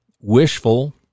wishful